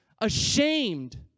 ashamed